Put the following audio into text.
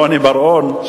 רוני בר-און,